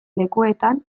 lekuetan